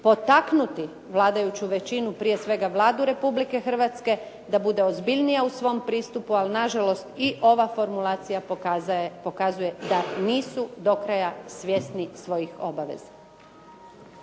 potaknuti vladajuću većinu, prije svega Vladu Republike Hrvatske da bude ozbiljnija u svom pristupu, ali nažalost i ova formulacija pokazuje da nisu do kraja svjesni svojih obaveza.